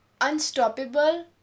unstoppable